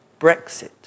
Brexit